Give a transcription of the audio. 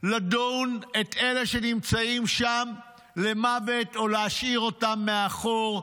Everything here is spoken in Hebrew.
לדון את אלה שנמצאים שם למוות או להשאיר אותם מאחור.